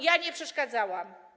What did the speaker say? Ja nie przeszkadzałam.